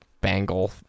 bangle